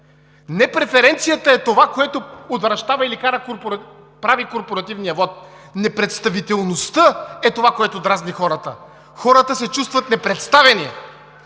не преференцията е това, което отвращава или прави корпоративния вот – непредставителността е това, което дразни хората! Хората се чувстват непредставени